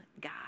God